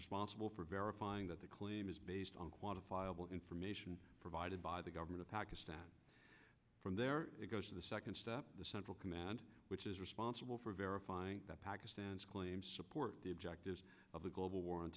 responsible for verifying that the claim is based on quantifiable information provided by the government of pakistan from there it goes to the second step the central command which is responsible for verifying pakistan's claim support the objectives of the global war on